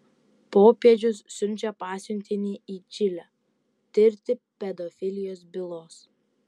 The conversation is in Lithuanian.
popiežius siunčia pasiuntinį į čilę tirti pedofilijos bylos